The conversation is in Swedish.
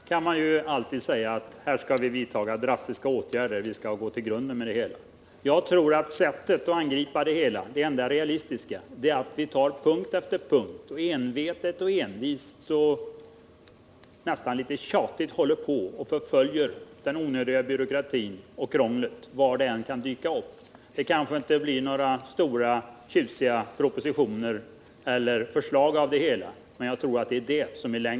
Herr talman! Man kan alltid säga att drastiska åtgärder skall vidtas. Vi skall gå till grunden med det hela. Jag tror att det enda realistiska sättet att angripa det hela är att vi tar punkt efter punkt och där envetet och envist och nästan litet tjatigt håller på att förfölja den onödiga byråkratin och krånglet var dessa än kan dyka upp. Det kanske inte blir några stora tjusiga propositioner och förslag av det hela, men jag tror att det är detta som i längden kan ge resultat.